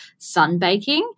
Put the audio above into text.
sunbaking